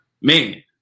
Man